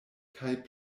kaj